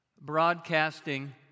broadcasting